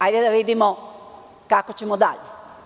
Hajde da vidimo kako ćemo dalje.